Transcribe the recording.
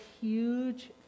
huge